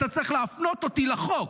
אתה צריך להפנות אותי לחוק.